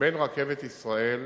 בין "רכבת ישראל"